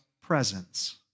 presence